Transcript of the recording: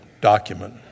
document